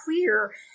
clear